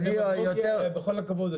זה דמגוגיה, בכל הכבוד.